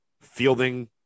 fielding